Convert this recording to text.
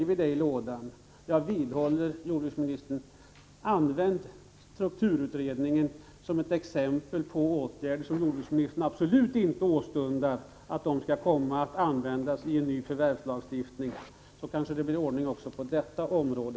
Jag vidhåller min uppfattning och vill uppmana jordbruksministern: Använd strukturutredningen som ett exempel på åtgärder som jordbruksmi 139 nistern absolut inte vill skall komma till användning i en ny förvärvslagstiftning, så kanske det blir ordning också på detta område.